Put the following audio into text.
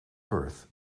perth